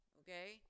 okay